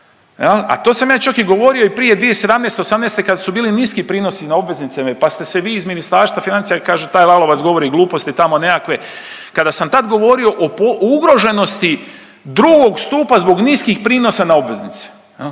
a to sam ja čak i govorio i prije 2017., '18.-te kad su bili niski prinosi na obveznice pa ste se vi iz Ministarstva financija kažu taj Lalovac govori gluposti tamo nekakve, kada sam tad govorio o ugroženosti drugog stupa zbog niskih prinosa na obveznice,